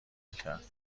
کرد